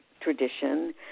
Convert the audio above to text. tradition